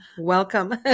Welcome